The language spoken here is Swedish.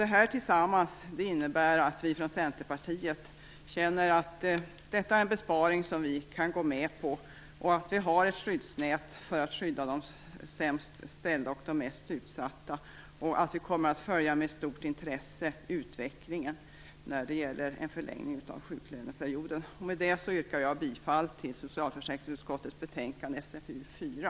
Det här tillsammans innebär att vi från Centerpartiet känner att detta är en besparing som vi kan gå med på och att vi har ett skyddsnät för att skydda de sämst ställda och de mest utsatta. Vi kommer att med stort intresse följa utvecklingen när det gäller en förlängning av sjuklöneperioden. Med det yrkar jag bifall till hemställan i socialförsäkringsutskottets betänkande SfU4.